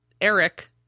Eric